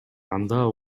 анда